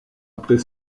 après